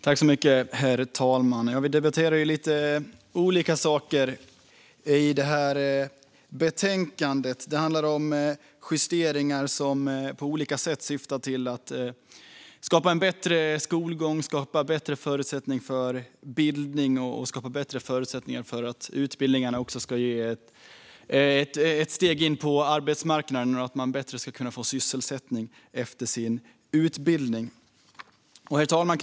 Herr talman! Vi tar upp lite olika saker i detta betänkande. Det handlar om justeringar som på olika sätt syftar till att skapa en bättre skolgång, bättre förutsättningar för bildning och bättre förutsättningar för att utbildningarna också ska leda till steg in på arbetsmarknaden så att man lättare ska kunna få sysselsättning efter sin utbildning. Herr talman!